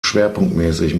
schwerpunktmäßig